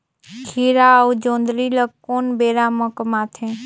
खीरा अउ जोंदरी ल कोन बेरा म कमाथे?